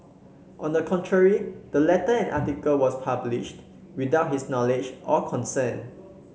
on the contrary the letter and article was published without his knowledge or consent